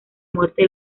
muerte